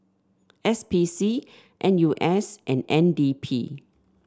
S P C N U S and N D P